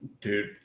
Dude